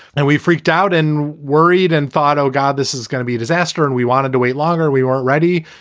and we freaked out and worried and thought, oh, god, this is gonna be a disaster. and we wanted to wait longer. we weren't ready.